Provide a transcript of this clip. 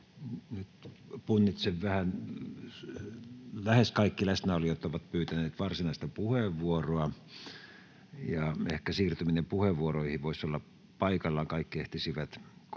Nyt punnitsen vähän. Lähes kaikki läsnäolijat ovat pyytäneet varsinaista puheenvuoroa, ja ehkä siirtyminen puheenvuoroihin voisi olla paikallaan, kaikki ehtisivät kohtuuajassa